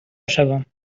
شوم